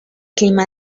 clima